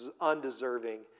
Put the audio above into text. undeserving